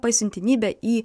pasiuntinybę į